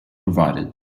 provided